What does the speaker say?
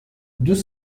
deux